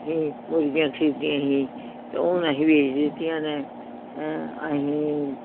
ਇਹ ਮੁਰਗੀਆਂ ਖਰੀਦੀਆਂ ਸੀ ਅਤੇ ਹੁਣ ਅਸੀਂ ਵੇਚ ਦਿੱਤੀਆਂ ਨੇ ਅਸੀਂ